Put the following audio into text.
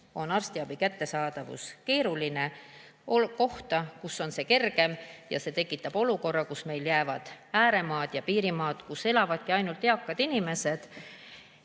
kus arstiabi kättesaadavus on keeruline, kohta, kus on see kergem. See tekitab olukorra, kus meil jäävad ääremaad ja piirimaad, kus elavadki ainult eakad inimesed.